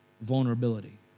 vulnerability